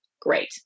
great